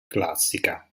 classica